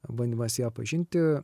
bandymas ją pažinti